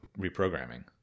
reprogramming